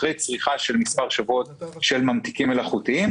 אחרי צריכה של מספר שבועות של ממתיקים מלאכותיים